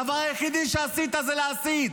הדבר היחידי שעשית זה להסית.